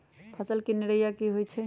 फसल के निराया की होइ छई?